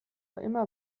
immer